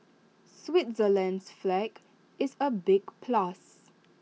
Switzerland's flag is A big plus